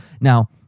Now